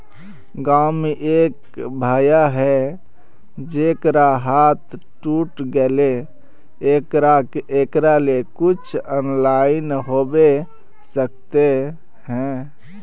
गाँव में एक भैया है जेकरा हाथ टूट गले एकरा ले कुछ ऑनलाइन होबे सकते है?